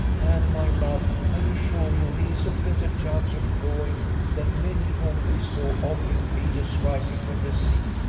and, my love, i assure you he is a better judge of drawing than many whom we saw ogling venus rising from the sea,